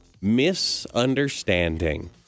Misunderstanding